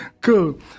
Cool